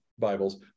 bibles